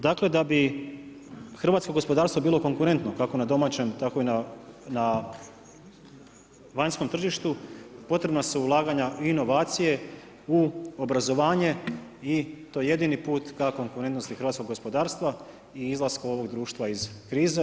Dakle, da bi hrvatsko gospodarstvo bilo konkurentno, kako na domaćem, tako i na vanjskom tržištu, potrebna su ulaganja i inovacije u obrazovanje i to je jedini put, ta konkurentnost i hrvatskog gospodarstva i izlaska ovog društva iz krize.